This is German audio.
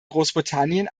großbritannien